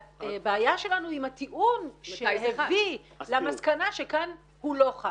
הבעיה שלנו היא עם הטיעון שהביא למסקנה שכאן הוא לא חל.